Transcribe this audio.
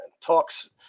talks